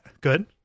good